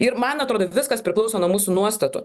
ir man atrodo viskas priklauso nuo mūsų nuostatų